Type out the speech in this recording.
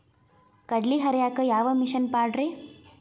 ಕಡ್ಲಿ ಹರಿಯಾಕ ಯಾವ ಮಿಷನ್ ಪಾಡ್ರೇ?